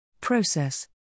Process